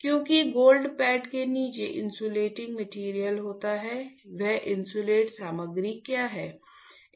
क्योंकि gold pad के नीचे इंसुलेटिंग मैटेरियल होता है वह इन्सुलेट सामग्री क्या है